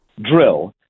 Drill